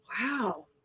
Wow